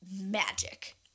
magic